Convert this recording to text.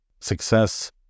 Success